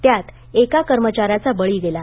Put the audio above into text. त्यात एका कर्मचार्यायचा बळी गेला